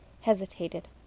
hesitated